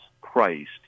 Christ